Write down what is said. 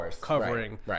covering